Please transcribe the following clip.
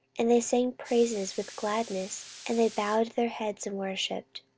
and they sang praises with gladness, and they bowed their heads and worshipped.